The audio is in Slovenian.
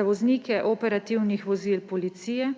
za voznike operativnih vozil policije